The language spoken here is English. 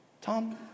Tom